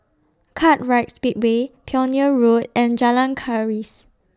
Kartright Speedway Pioneer Road and Jalan Keris